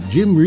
Jim